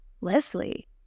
Leslie